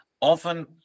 Often